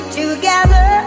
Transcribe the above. together